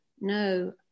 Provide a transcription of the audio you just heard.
no